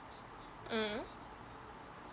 mm